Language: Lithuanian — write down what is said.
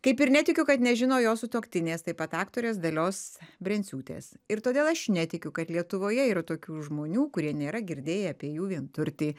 kaip ir netikiu kad nežino jo sutuoktinės taip pat aktorės dalios brenciūtės ir todėl aš netikiu kad lietuvoje yra tokių žmonių kurie nėra girdėję apie jų vienturtį